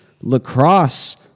lacrosse